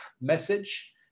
message